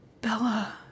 Bella